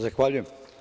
Zahvaljujem.